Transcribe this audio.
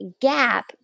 gap